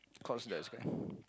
cause there's